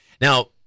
Now